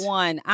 one